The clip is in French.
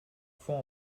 fois